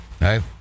right